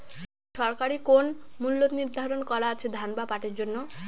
সরকারি কোন মূল্য নিধারন করা আছে ধান বা পাটের জন্য?